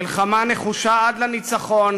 מלחמה נחושה עד לניצחון